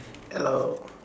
hello